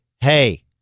hey